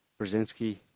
Brzezinski